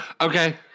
Okay